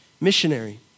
missionary